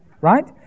Right